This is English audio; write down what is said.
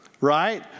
right